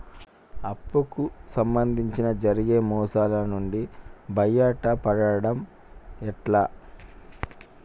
అప్పు కు సంబంధించి జరిగే మోసాలు నుండి బయటపడడం ఎట్లా?